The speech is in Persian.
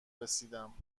رسیدم